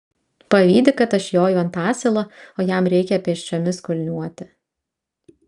pavydi kad aš joju ant asilo o jam reikia pėsčiomis kulniuoti